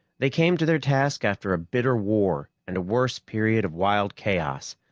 they came to their task after a bitter war and a worse period of wild chaos,